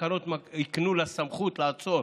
התקנות הקנו לה סמכות לעצור